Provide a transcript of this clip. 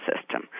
system